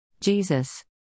Jesus